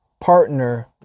partner